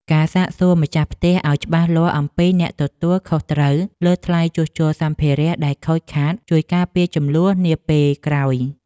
ការសាកសួរម្ចាស់ផ្ទះឱ្យច្បាស់លាស់អំពីអ្នកទទួលខុសត្រូវលើថ្លៃជួសជុលសម្ភារៈដែលខូចខាតជួយការពារជម្លោះនាពេលក្រោយ។